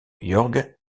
jorge